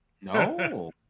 no